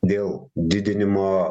dėl didinimo